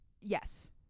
Yes